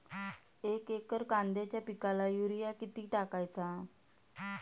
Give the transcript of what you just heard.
एक एकर कांद्याच्या पिकाला युरिया किती टाकायचा?